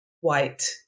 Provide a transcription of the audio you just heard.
white